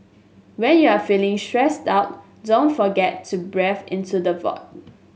when you are feeling stressed out don't forget to breathe into the void